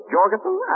Jorgensen